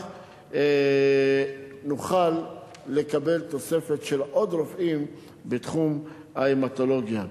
נוכל לקבל תוספת של עוד רופאים בתחום ההמטולוגיה.